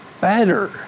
better